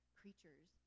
creatures